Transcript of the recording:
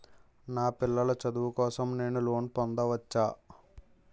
నా పిల్లల చదువు కోసం నేను లోన్ పొందవచ్చా?